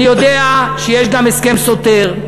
אני יודע שיש גם הסכם סותר,